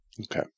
Okay